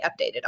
updated